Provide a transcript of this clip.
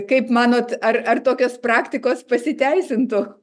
kaip manot ar ar tokios praktikos pasiteisintų